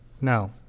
No